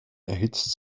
erhitzt